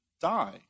die